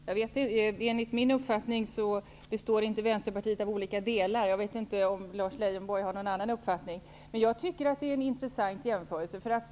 Fru talman! Enligt min uppfattning består inte vänsterpartiet av olika delar. Jag vet inte om Lars Leijonborg har någon annan uppfattning. Jag tycker att det var en intressant jämförelse jag gjorde.